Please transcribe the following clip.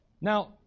Now